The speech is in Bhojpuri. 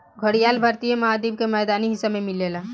घड़ियाल भारतीय महाद्वीप के मैदानी हिस्सा में मिलेला